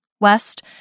West